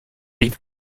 listen